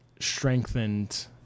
strengthened